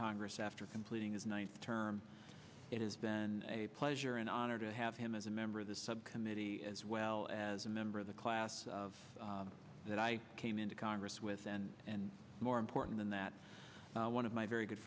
congress after completing his one term it has been a pleasure and honor to have him as a member of the subcommittee as well as a member of the class that i came into congress with and and more important than that one of my very good